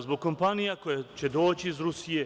Zbog kompanija koje će doći iz Rusije.